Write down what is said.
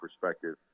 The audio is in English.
perspective